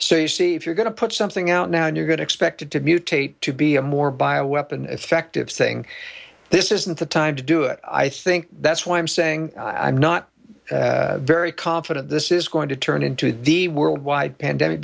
so you see if you're going to put something out now and you're good expected to mutate to be a more bioweapon effective saying this isn't the time to do it i think that's why i'm saying i'm not very confident this is going to turn into the worldwide pandemic